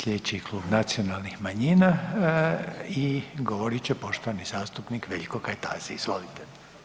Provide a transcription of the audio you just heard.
Slijedeći Klub nacionalnih manjina i govorit će poštovani zastupnik Veljko Kajtazi, izvolite.